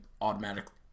automatically